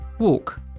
walk